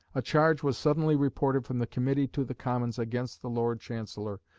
a charge was suddenly reported from the committee to the commons against the lord chancellor,